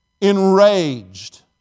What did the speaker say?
enraged